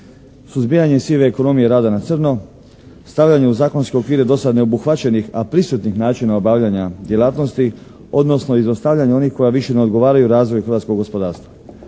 suzbijanje sive ekonomije i rada na crno, stavljanje u zakonske okvire dosad neobuhvaćenih a prisutnih načina obavljanja djelatnosti odnosno izostavljanje onih koja više ne odgovaraju razvoju hrvatskog gospodarstva.